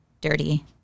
dirty